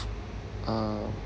uh